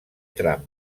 tram